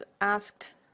asked